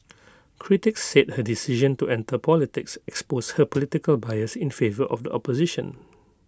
critics said her decision to enter politics exposed her political bias in favour of the opposition